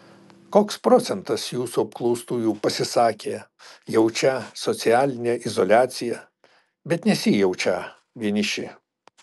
koks procentas jūsų apklaustųjų pasisakė jaučią socialinę izoliaciją bet nesijaučią vieniši